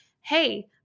Hey